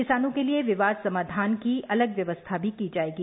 किसानों के लिए विवाद समाधान की अलग व्यवस्था भी की जायेगी